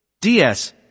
DS